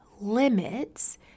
limits